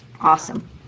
Awesome